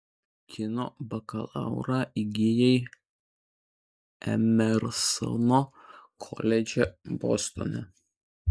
kino bakalaurą įgijai emersono koledže bostone